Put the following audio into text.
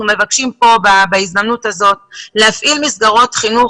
מבקשים כאן בהזדמנות הזאת להפעיל מסגרות חינוך,